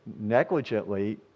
negligently